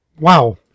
Wow